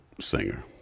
singer